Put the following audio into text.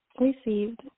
Received